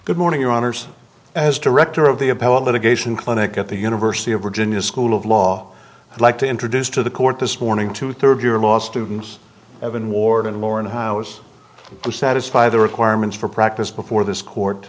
good morning your honors as director of the appellate litigation clinic at the university of virginia school of law i'd like to introduce to the court this morning to third year law student evan ward and lauren howard to satisfy the requirements for practice before this court